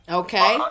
okay